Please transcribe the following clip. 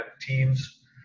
teams